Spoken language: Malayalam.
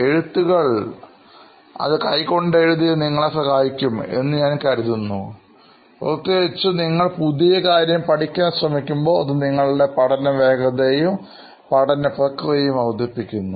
എഴുത്തുകൾ അത് കൈകൊണ്ട് എഴുതിയത് നിങ്ങളെ സഹായിക്കും എന്ന് ഞാൻ കരുതുന്നു പ്രത്യേകിച്ചും നിങ്ങൾ പുതിയ കാര്യം പഠിക്കാൻ ശ്രമിക്കുമ്പോൾ അത് നിങ്ങളുടെ പഠന വേഗതയും പഠന പ്രക്രിയയും വർധിപ്പിക്കുന്നു